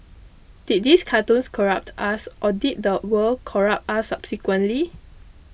did these cartoons corrupt us or did the world corrupt us subsequently